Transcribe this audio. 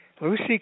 Lucy